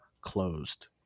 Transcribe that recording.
closed